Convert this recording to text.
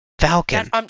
Falcon